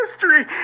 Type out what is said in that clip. history